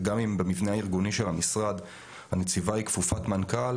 וגם אם במבנה הארגוני של המשרד הנציבה היא כפופת מנכ"ל,